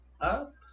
up